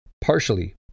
partially